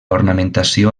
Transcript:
ornamentació